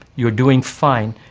you're doing fine,